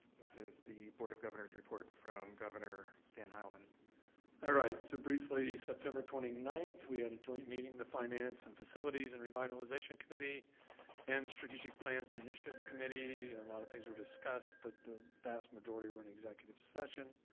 this is the board of governors report from governor stan hileman. hileman alright. so, briefly, september twenty ninth we had a joint meeting, the finance and facilities and revitalization committee and strategic plans and initiatives committee. a lot of things were discussed, but the vast majority were in executive session.